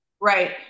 Right